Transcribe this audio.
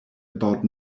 about